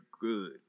good